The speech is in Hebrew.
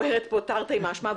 תרתי משמע,